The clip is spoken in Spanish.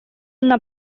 una